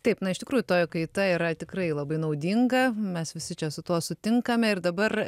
taip na iš tikrųjų toji kaita yra tikrai labai naudinga mes visi čia su tuo sutinkame ir dabar